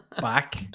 back